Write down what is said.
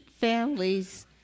families